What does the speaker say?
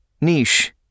Niche